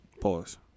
Pause